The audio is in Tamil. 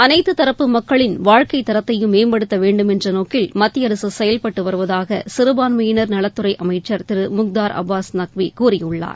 அனைத்துத் தரப்பு மக்களின் வாழ்க்கைத் தரத்தையும் மேம்படுத்த வேண்டும் என்ற நோக்கில் மத்திய அரசு செயல்பட்டு வருவதூக சிறுபான்மையினர் நலத் துறை அமைச்சர் திரு முக்தார் அப்பாஸ் நக்வி கூறியுள்ளார்